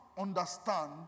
understand